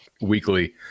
weekly